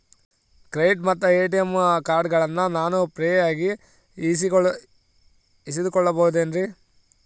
Credit ಮತ್ತ ATM ಕಾರ್ಡಗಳನ್ನ ನಾನು ಫ್ರೇಯಾಗಿ ಇಸಿದುಕೊಳ್ಳಬಹುದೇನ್ರಿ?